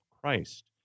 Christ